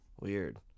Weird